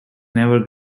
never